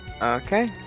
Okay